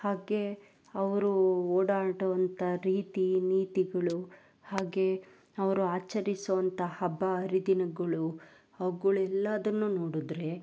ಹಾಗೆ ಅವರು ಓಡಾಡುವಂಥ ರೀತಿ ನೀತಿಗಳು ಹಾಗೆ ಅವರು ಆಚರಿಸುವಂಥ ಹಬ್ಬ ಹರಿದಿನಗಳು ಅವುಗಳೆಲ್ಲದನ್ನು ನೋಡಿದ್ರೆ